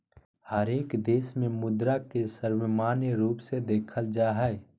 हरेक देश में मुद्रा के सर्वमान्य रूप से देखल जा हइ